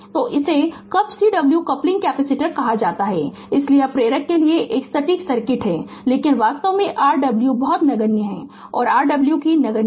तो इसे कप Cw कपलिंग कैपेसिटर कहा जाता है इसलिए यह प्रेरक के लिए एक सटीक सर्किट है लेकिन वास्तव में Rw बहुत नगण्य है और Cw भी नगण्य है